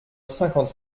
cinquante